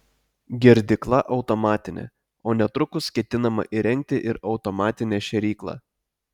girdykla automatinė o netrukus ketinama įrengti ir automatinę šėryklą